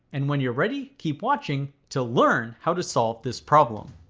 and when you're ready keep watching to learn how to solve this problem.